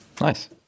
Nice